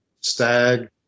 stag